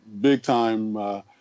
big-time